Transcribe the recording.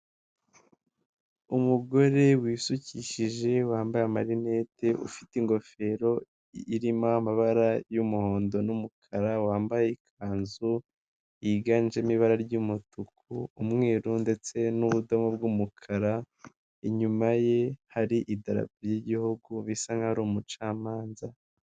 Umugore wisukishije wambaye amarinete ufite ingofero irimo amabara y'umuhondo n'umukara wambaye ikanzu yiganjemo ibara ry'umutuku, umweru ndetse n'ubudomo bw'umukara, inyuma ye hari idarapo ry'igihugu bisa nkaho ari umucamanza.